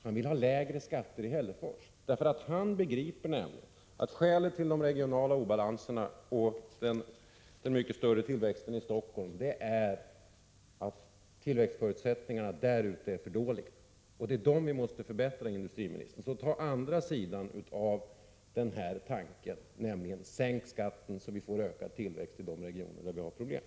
Han vill ha lägre skatt i Hällefors. Han begriper nämligen att skälet till de regionala obalanserna och till den mycket större tillväxten i Stockholm är att tillväxtförutsättningarna ute i Bergslagen är för dåliga. Det är de förutsättningarna vi måste förbättra. Tag i stället vara på den andra sidan av denna tanke och sänk skatten, så att vi får en ökad tillväxt i de regioner där vi nu har problem.